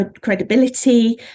credibility